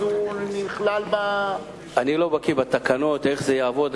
הוא נכלל, אני לא בקי בתקנות, איך זה יעבוד.